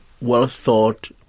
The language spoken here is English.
well-thought